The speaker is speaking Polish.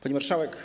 Pani Marszałek!